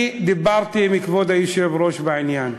אני דיברתי עם כבוד היושב-ראש בעניין,